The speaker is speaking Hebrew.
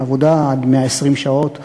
עבודה עד 120 שעות חודשיות,